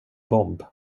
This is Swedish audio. bomb